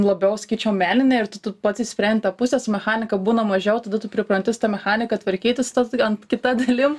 labiau sakyčiau meninė ir tu tu pats išsprendi tą pusę su mechanika būna mažiau tada tu pripranti su mechanika tvarkytis tas ant kita dalim